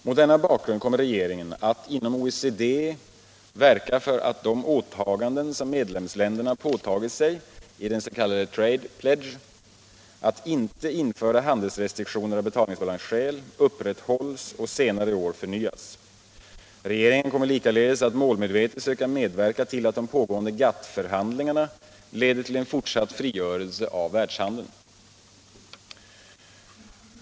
Mot denna bakgrund kommer regeringen att inom OECD verka för att de åtaganden, som medlemsländerna gjort i den s.k. trade pledge att inte införa handelsrestriktioner av betalningsbalansskäl, upprätthålls och senare i år förnyas. Regeringen kommer likaledes att målmedvetet söka medverka till att de pågående GATT-förhandlingarna leder till en fortsatt frigörelse av världshandeln.